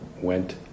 went